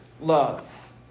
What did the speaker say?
love